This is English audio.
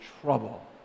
trouble